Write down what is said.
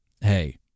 hey